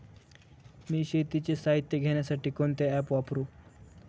मी शेतीचे साहित्य घेण्यासाठी कोणते ॲप वापरु?